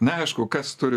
neaišku kas turi